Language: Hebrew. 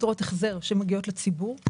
יתרות החזר שמגיעות לציבור.